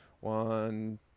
one